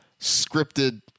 scripted